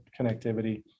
connectivity